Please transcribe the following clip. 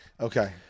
Okay